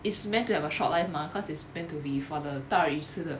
is meant to have a short life mah cause it's meant to be for the 大鱼吃的